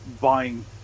buying